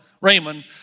Raymond